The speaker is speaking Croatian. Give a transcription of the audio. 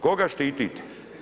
Koga štitite?